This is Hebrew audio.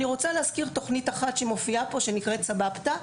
אני רוצה להזכיר תוכנית אחת שמופיעה פה ונקראת "סבבתא".